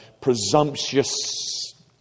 presumptuous